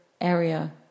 area